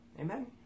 Amen